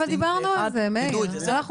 אבל דיברנו על זה, מאיר.